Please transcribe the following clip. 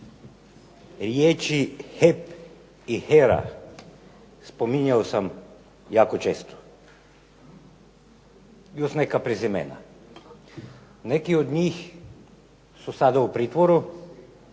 riječi HEP i HERA spominjao sam jako često i još neka prezimena. Neki od njih su sada u pritvoru